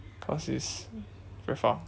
cause it's very far